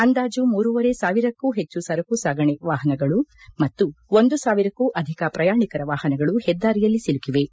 ಅಂದಾಜು ಮೂರೂವರೆ ಸಾವಿರಕ್ಕೂ ಹೆಚ್ಚು ಸರಕು ಸಾಗಾಣೆ ವಾಹನಗಳು ಮತ್ತು ಒಂದು ಸಾವಿರಕ್ಕೂ ಅಧಿಕ ಪ್ರಯಾಣಿಕರ ವಾಪನಗಳು ಹೆದ್ದಾರಿಯಲ್ಲಿ ಸಿಲುಕಿವೆ